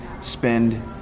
spend